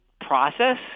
process